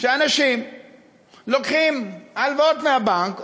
אנשים לוקחים הלוואות מהבנק,